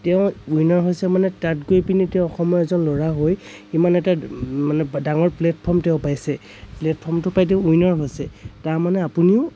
তেওঁ উইনাৰ হৈছে মানে তাত গৈ পিনি তেওঁ অসমৰ এজন ল'ৰা হৈ ইমান এটা মানে ডাঙৰ প্লেটফৰ্ম তেওঁ পাইছে প্লেটফৰ্মটো পাই তেওঁ উইনাৰ হৈছে তাৰমানে আপুনিও